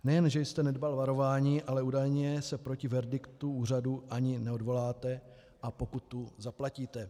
Nejen že jste nedbal varování, ale údajně se proti verdiktu úřadu ani neodvoláte a pokutu zaplatíte.